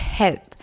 help